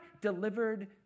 delivered